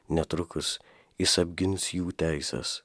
netrukus jis apgins jų teises